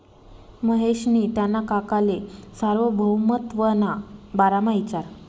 महेशनी त्याना काकाले सार्वभौमत्वना बारामा इचारं